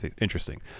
interesting